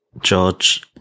George